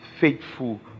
faithful